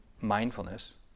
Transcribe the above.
mindfulness